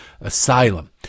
asylum